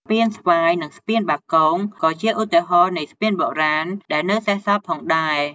ស្ពានស្វាយ និង ស្ពានបាគង ក៏ជាឧទាហរណ៍នៃស្ពានបុរាណដែលនៅសេសសល់ផងដែរ។